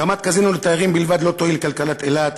הקמת קזינו לתיירים בלבד לא תועיל לכלכלת אילת,